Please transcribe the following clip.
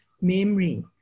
memory